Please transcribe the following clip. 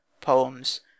Poems